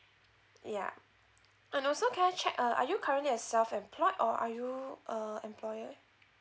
yeah and also can I check uh are you currently a self employed or are you a employer